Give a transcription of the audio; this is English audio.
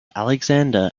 alexander